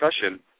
discussion